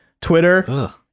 Twitter